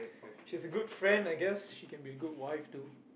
she's a good friend I guess she can be a good wife too